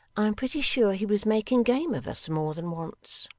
i am pretty sure he was making game of us, more than once